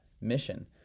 mission